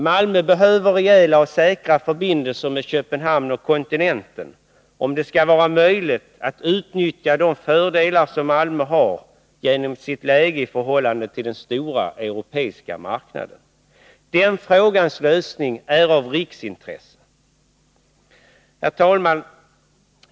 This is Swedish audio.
Malmö behöver rejäla och säkra förbindelser med Köpenhamn och kontinenten, om det skall vara möjligt att utnyttja de fördelar som Malmö har genom sitt läge i förhållande till den stora europeiska marknaden. Den frågans lösning är av riksintresse. Herr talman!